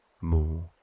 more